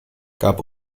gab